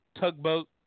Tugboat